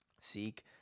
Seek